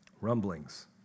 rumblings